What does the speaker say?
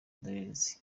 indorerezi